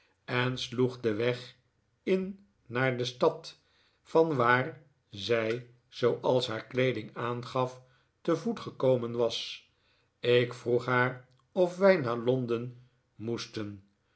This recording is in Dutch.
en sloeg den weg in naar de stad vanwaar zij zooals haar kleeding aangaf te voet gekomen was ik vroeg haar of wij naar londen moesten